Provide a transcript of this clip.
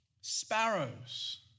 sparrows